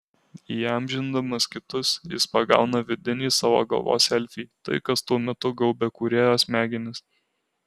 įamžindamas kitus jis pagauna vidinį savo galvos selfį tai kas tuo metu gaubia kūrėjo smegenis